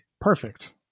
Perfect